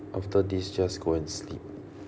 after this just go and sleep